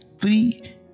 three